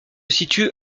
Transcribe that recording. situe